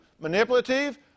manipulative